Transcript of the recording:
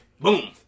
Boom